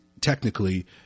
technically